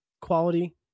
Quality